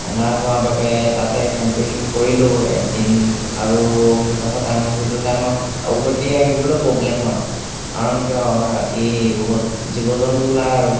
আন্ধাৰ হোৱাৰ বাবে তাতে কেম্পিং কৰিলোঁ একদিন আৰু সেইডোখৰ টাইম সেইটো টাইমত আৰু উভতি আহিবলৈ প্ৰব্লেম হয় কাৰণ কিয় ৰাতি বহুত জীৱ জন্তু ওলায় আৰু